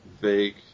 vague